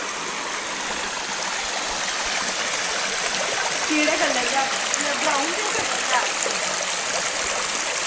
केह्ड़े कलर दा ब्राउन जेह् कलर दा ऐ